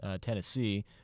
Tennessee